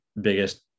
biggest